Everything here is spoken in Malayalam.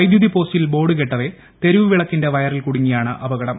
വൈദ്യുതി പോസ്റ്റിൽ ബോർഡു കെട്ടവേ തെരുവു വിളക്കിന്റെ വയറിൽ കുടുങ്ങിയാണ് അപകടം